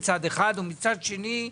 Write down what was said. מצד שני,